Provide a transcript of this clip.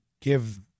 give